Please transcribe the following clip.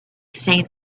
seen